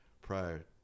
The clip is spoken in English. prior